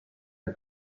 her